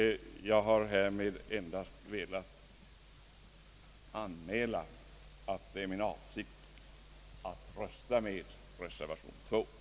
Jag har härmed endast velat anmäla att det är min avsikt att rösta för den med 2 betecknade reservationen.